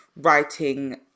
writing